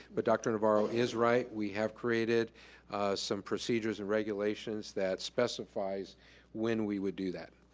but dr. navarro is right, we have created some procedures and regulations that specifies when we would do that.